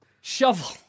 Shovel